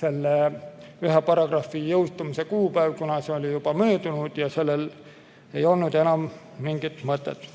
selle ühe paragrahvi jõustumise kuupäev, kuna see oli juba möödunud ja sellel ei olnud enam mingit mõtet.